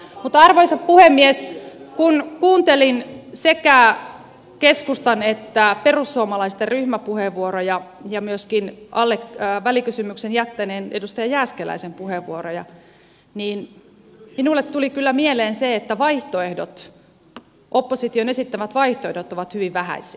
mutta arvoisa puhemies kun kuuntelin sekä keskustan että perussuomalaisten ryhmäpuheenvuoroja ja myöskin välikysymyksen jättäneen edustaja jääskeläisen puheenvuoroa niin minulle tuli kyllä mieleen se että opposition esittämät vaihtoehdot ovat hyvin vähäisiä